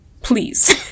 Please